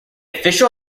official